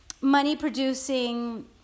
money-producing